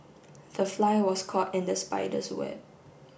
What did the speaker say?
the fly was caught in the spider's web